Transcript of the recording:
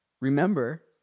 remember